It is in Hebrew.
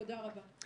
תודה רבה.